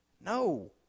No